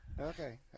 Okay